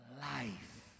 life